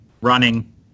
running